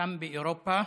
שם, באירופה